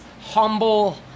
humble